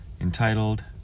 entitled